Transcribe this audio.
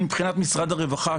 שמבחינת משרד הרווחה,